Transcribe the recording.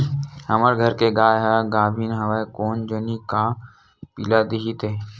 हमर घर के गाय ह गाभिन हवय कोन जनी का पिला दिही ते